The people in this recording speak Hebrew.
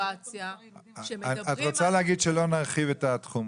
את רוצה להגיד שלא נרחיב את התחום,